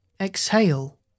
Exhale